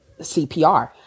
CPR